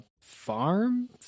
farm